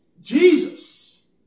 Jesus